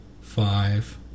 five